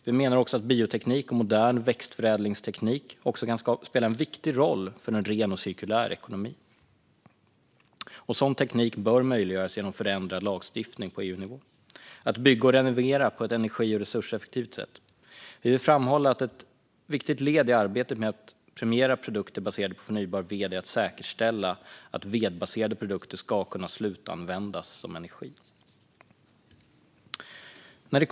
Vi menar också att bioteknik och modern växtförädlingsteknik kan spela en viktig roll för en cirkulär ekonomi. Sådan teknik bör möjliggöras genom förändrad lagstiftning på EU-nivå. Vi anser också att man ska bygga och renovera på ett energi och resurseffektivt sätt. Vi vill framhålla att ett viktigt led i arbetet med att premiera produkter baserade på förnybar ved är att säkerställa att vedbaserade produkter ska kunna slutanvändas som energi.